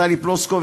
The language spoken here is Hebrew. טלי פלוסקוב,